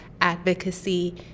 advocacy